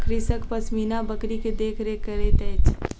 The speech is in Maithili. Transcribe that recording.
कृषक पश्मीना बकरी के देख रेख करैत अछि